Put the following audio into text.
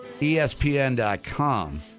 ESPN.com